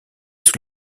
sous